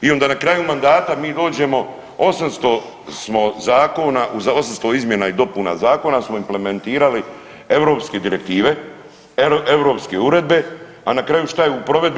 I onda na kraju mandata mi dođemo 800 smo zakona, 800 izmjena i dopuna zakona smo implementirali europske direktive, europske uredbe, a na kraju šta je u provedbi?